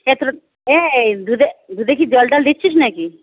সে তোর এই দুধে দুধে কি জল টল দিচ্ছিস না কি